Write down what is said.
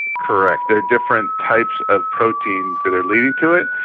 correct, there are different types of proteins that are leading to it,